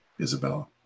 Isabella